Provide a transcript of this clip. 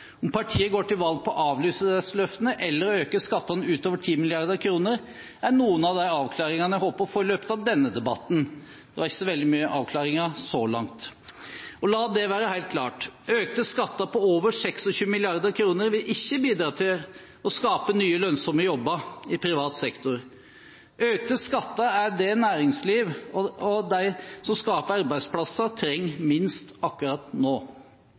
Om partiet går til valg på å avlyse disse løftene eller å øke skattene utover 10 mrd. kr, er noen av de avklaringene jeg håper å få i løpet av denne debatten. Det er ikke så veldig mye avklaringer så langt. La det være helt klart: Økte skatter på over 26 mrd. kr vil ikke bidra til å skape nye lønnsomme jobber i privat sektor. Økte skatter er det næringslivet og de som skaper arbeidsplasser, trenger minst akkurat nå.